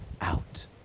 out